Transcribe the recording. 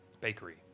bakery